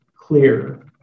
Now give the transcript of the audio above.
clear